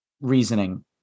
reasoning